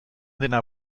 dena